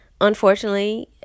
Unfortunately